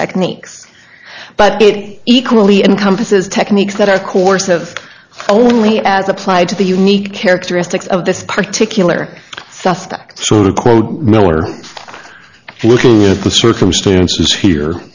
techniques but it equally encompasses techniques that are course of only as applied to the unique characteristics of this particular suspect miller looking at the circumstances here